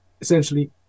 essentially